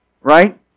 Right